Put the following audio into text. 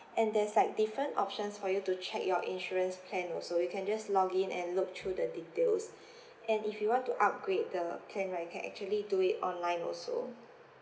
and there's like different options for you to check your insurance plan also you can just login and look through the details and if you want to upgrade the plan right you can actually do it online also